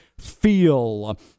feel